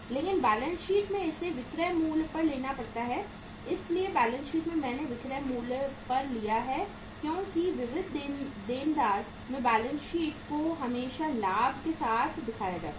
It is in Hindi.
लेकिन बैलेंस शीट में इसे विक्रय मूल्य पर लेना पड़ता है इसलिए बैलेंस शीट में मैंने विक्रय मूल्य पर लिया है क्योंकि विविध देनदार में बैलेंस शीट को हमेशा लाभ के साथ दिखाया जाता है